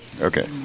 okay